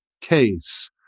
case